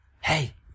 Hey